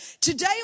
Today